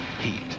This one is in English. Heat